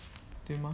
对吗